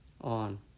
on